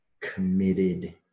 committed